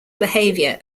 behavior